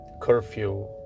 curfew